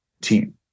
team